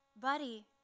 buddy